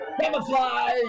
Camouflage